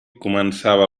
començava